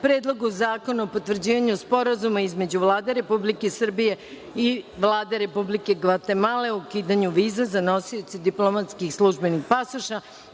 Predlogu zakona o potvrđivanju Sporazuma između Vlade Republike Srbije i Vlade Republike Gvatemale o ukidanju viza za nosioce diplomatskih i službenih pasoša;